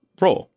raw